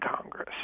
Congress